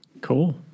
Cool